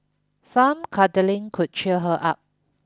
some cuddling could cheer her up